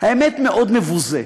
האמת, מאוד מבוזה.